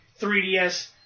3DS